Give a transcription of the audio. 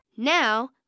Now